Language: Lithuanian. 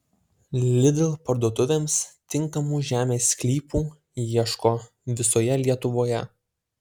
lidl parduotuvėms tinkamų žemės sklypų ieško visoje lietuvoje